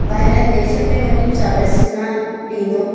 ॿाहिरनि देशनि में वञी सर्विस न ॾींदो